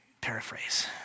paraphrase